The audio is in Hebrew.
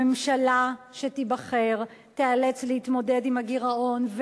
הממשלה שתיבחר תיאלץ להתמודד עם הגירעון,